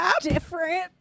Different